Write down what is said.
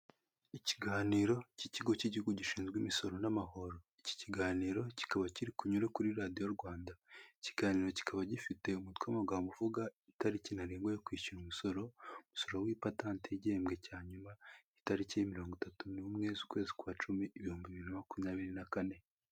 Ikiganiro k'ikigo cy'igihugu gishinzwe imisoro n'amahoro, iki kiganiro kikaba kiri kunyura kuri radio Rwanda, ikiganiro kikaba gifite umutwe w'amagambo uvuga itariki ntarengwa yo kwishyura umusoro, umusoro w'ipatante w' igihehembwe cya nyuma w'itariki ya mirongo itatu n'imwe, ukwezi kwa cumi ibihumbi bibiri na makumyabiri na kane.